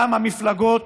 גם המפלגות